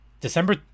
December